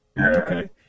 Okay